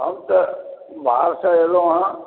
हम तऽ बाहर सॅं एलहुॅं हैं